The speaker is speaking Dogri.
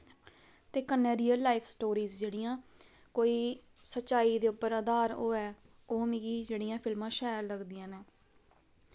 ते कन्नै रेयल लाईफ स्टोरीस जेह्ड़ियां कोई सचाई दे उप्पर आधार होऐ ओह् मिगी जेह्ड़ियां फिलमां शैल लगदियां नै